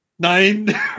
Nine